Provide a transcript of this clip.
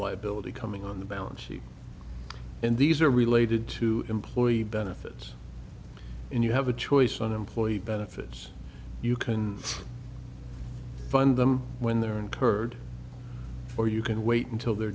liability coming on the balance sheet and these are related to employee benefits and you have a choice on employee benefits you can fund them when they're incurred or you can wait until they're